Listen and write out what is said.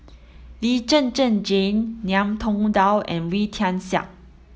Lee Zhen Zhen Jane Ngiam Tong Dow and Wee Tian Siak